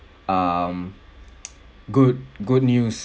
um good good news